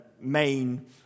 main